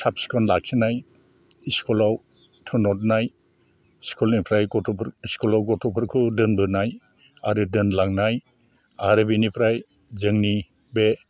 साब सिखोन लाखिनाय इस्कलआव थोनहरनाय स्कुलनिफ्राय गथ'फोर स्कुलआव गथ'फोरखौ दोनबोनाय आरो दोनलांनाय आरो बेनिफ्राय जोंनि बे